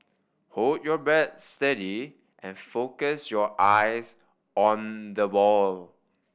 hold your bat steady and focus your eyes on the ball